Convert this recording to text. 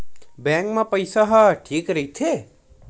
Bank मा पईसा ह ठीक राइथे?